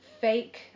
fake